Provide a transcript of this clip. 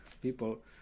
people